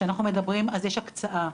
אז יש הקצאה.